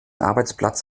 arbeitsplatz